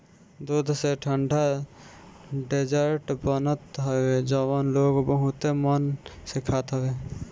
दूध से ठंडा डेजर्ट बनत हवे जवन लोग बहुते मन से खात हवे